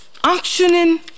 auctioning